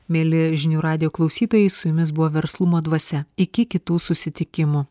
mieli žinių radijo klausytojai su jumis buvo verslumo dvasia iki kitų susitikimų